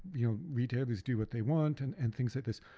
you know retailers do what they want and and things like this.